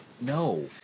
no